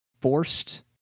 forced